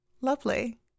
Lovely